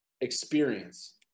experience